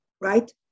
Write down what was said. right